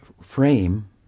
frame